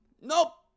nope